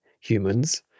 humans